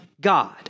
God